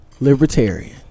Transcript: Libertarian